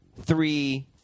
three